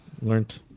Learned